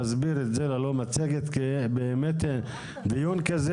תסביר את זה ללא מצגת כי באמת דיון כזה,